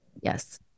Yes